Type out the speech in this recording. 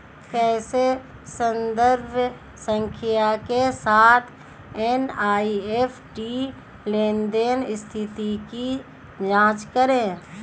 कैसे संदर्भ संख्या के साथ एन.ई.एफ.टी लेनदेन स्थिति की जांच करें?